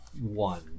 one